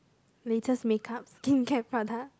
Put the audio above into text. latest makeup skincare product